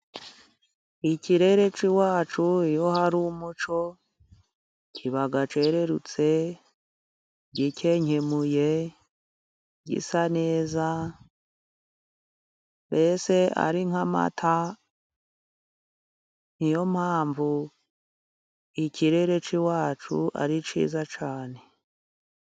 Ikirere k'iwacu iyo hari umucyo，kiba cyererutse， gikenkemuye， gisa neza，mbese ari nk'amata， niyo mpamvu ikirere k’iwacu ari kiza cyane.